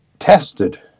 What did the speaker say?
tested